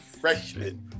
freshman